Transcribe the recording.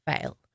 fail